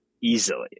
easily